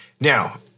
Now